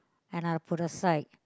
and I'll put aside